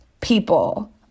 people